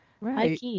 Right